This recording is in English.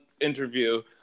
interview